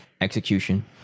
execution